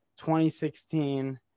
2016